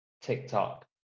TikTok